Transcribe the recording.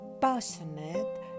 passionate